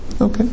Okay